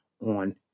on